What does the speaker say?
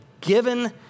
given